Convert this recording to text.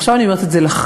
עכשיו אני אומרת את זה לכם,